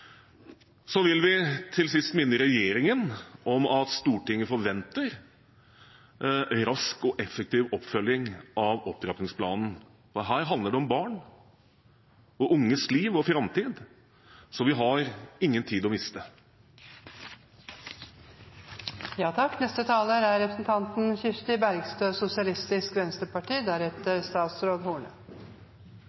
Så vil vi til slutt minne regjeringen om at Stortinget forventer rask og effektiv oppfølging av opptrappingsplanen. Her handler det om barn og unges liv og framtid, så vi har ingen tid å